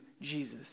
Jesus